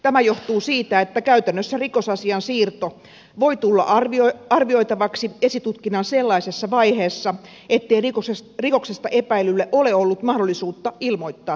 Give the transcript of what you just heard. tämä johtuu siitä että käytännössä rikosasian siirto voi tulla arvioitavaksi sellaisessa esitutkinnan vaiheessa ettei rikoksesta epäillylle ole ollut mahdollisuutta ilmoittaa tutkinnasta